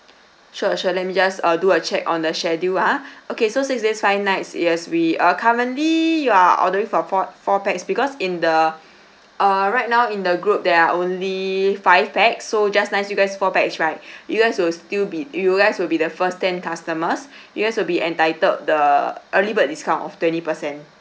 sure sure let me just uh do a check on the schedule ah okay so six days five nights yes we are currently you are ordering for four four pax because in the uh right now in the group there are only five pax so just nice you guys four pax right you guys will still be you guys will be the first ten customers you guys will be entitled the early bird discount of twenty percent